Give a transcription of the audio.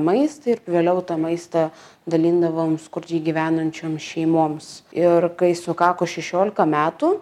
maistą ir vėliau tą maistą dalindavom skurdžiai gyvenančiom šeimoms ir kai sukako šešiolika metų